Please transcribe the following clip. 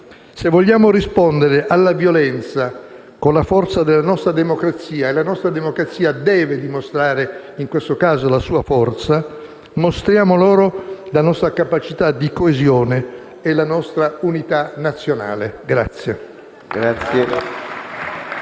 Se vogliamo rispondere alla violenza con la forza della nostra democrazia (e la nostra democrazia deve in questo caso dimostrare la sua forza), mostriamo loro la nostra capacità di coesione e la nostra unità nazionale.